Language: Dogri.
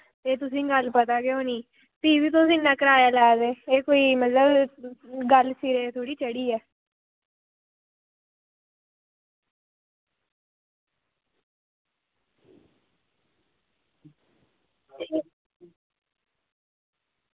एह् गल्ल तुसेंगी पता गै होनी भी तुस इन्ना किराया ले दे एह् कोई मतलब गल्ल सिरै थोह्ड़े चढ़ी ऐ ते